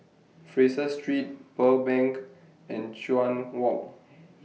Fraser Street Pearl Bank and Chuan Walk